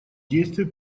действий